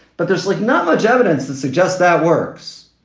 but there's like not much evidence that suggests that works.